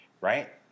right